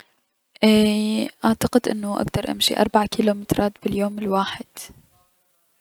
ايي- اعتقد انو اكدر امشي اربع كيلومترات باليوم الواحد.